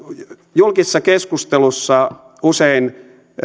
julkisessa keskustelussa usein